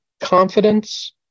confidence